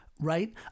right